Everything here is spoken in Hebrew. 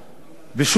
בשום דבר.